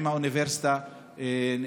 עם האוניברסיטה,